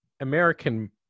american